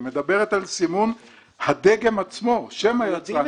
היא מדברת על סימון הדגם עצמו שם היצרן,